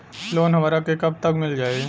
Loan हमरा के कब तक मिल जाई?